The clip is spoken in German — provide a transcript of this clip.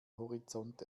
horizont